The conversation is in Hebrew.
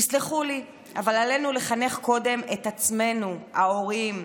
תסלחו לי, אבל עלינו לחנך קודם את עצמנו, ההורים,